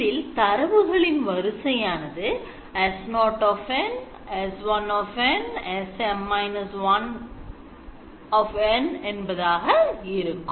இதில் தரவுகளின் வரிசையானது S0 n S1 n SM−1 n என்பதாக இருக்கும்